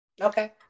Okay